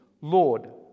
Lord